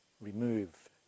remove